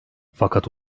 fakat